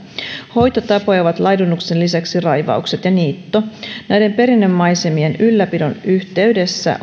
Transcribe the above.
hoitotapoja ovat laidunnuksen lisäksi raivaukset ja niitto näiden perinnemaisemien ylläpidon yhteydessä